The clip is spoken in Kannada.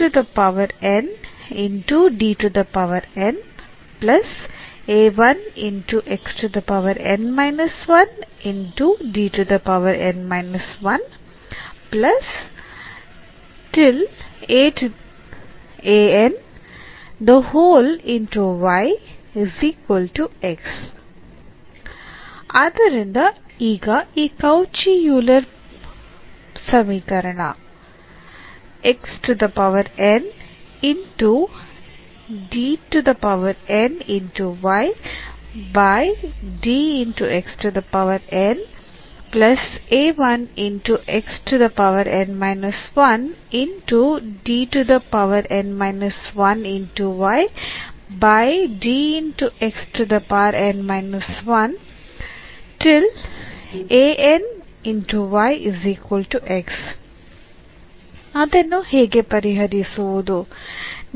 ಆದ್ದರಿಂದ ಈಗ ಈ ಕೌಚಿ ಯೂಲರ್ ಸಮೀಕರಣ ಅದನ್ನು ಹೇಗೆ ಪರಿಹರಿಸುವುದು